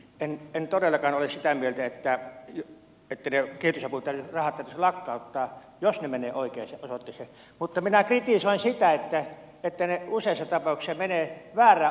en todellakaan ole sitä mieltä että ne kehitysapurahat täytyisi lakkauttaa jos ne menevät oikeaan osoitteeseen mutta minä kritisoin sitä että ne useissa tapauksissa menevät väärään osoitteeseen